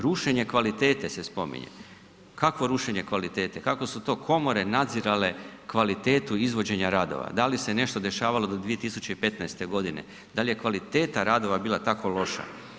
Rušenje kvalitete se spominje, kakvo rušenje kvalitete, kako su to komore nadzirale kvalitetu izvođenja radova, da li se nešto dešavalo do 2015.g., dal je kvaliteta radova bila tako loša?